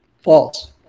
False